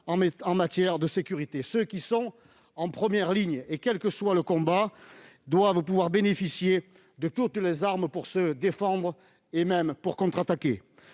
en matière de sécurité ? Ceux qui sont en première ligne, quel que soit le combat, doivent pouvoir bénéficier de toutes les armes pour se défendre et même contre-attaquer.